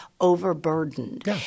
overburdened